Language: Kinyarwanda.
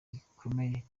gikomeye